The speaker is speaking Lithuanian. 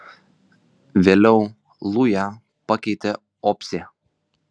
vėliau lują pakeitė opsė